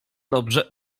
dobrze